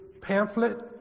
pamphlet